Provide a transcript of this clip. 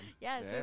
Yes